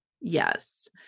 Yes